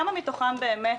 כמה מתוכם באמת